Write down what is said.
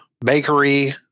bakery